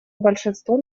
большинство